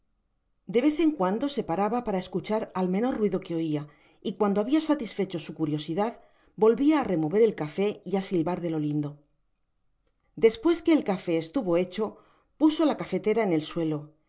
de vez en cuando se paraba para escuchar al menor ruido que oia y cuando habia satisfecho su curiosidad volvia á remover el café y á silvar de lo lindo despues que el cafó estuvo hecho puso la cafetera en el suelo y